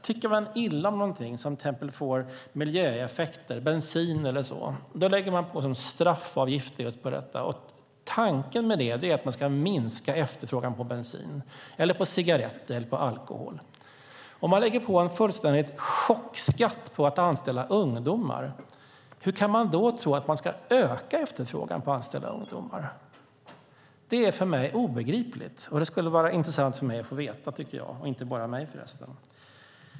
Tycker man illa om någonting som till exempel får miljöeffekter, som bensin eller så, lägger man på straffavgifter på detta. Tanken med det är att minska efterfrågan på bensin, eller på cigarretter eller alkohol. Att givet dagens nivå införa en chockskatt på att anställa ungdomar - hur kan man då tro att man ska öka efterfrågan på ungdomar? Det är för mig obegripligt. Det skulle vara intressant för mig att få veta, tycker jag, och inte bara för mig.